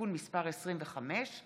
התשפ"א